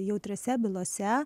jautriose bylose